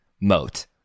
moat